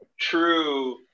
true